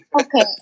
Okay